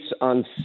on